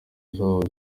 zaho